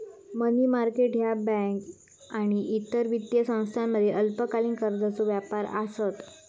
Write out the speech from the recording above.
मनी market ह्या बँका आणि इतर वित्तीय संस्थांमधील अल्पकालीन कर्जाचो व्यापार आसत